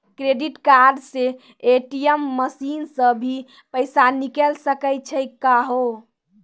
Credit card से ATM machine से भी पैसा निकल सकै छि का हो?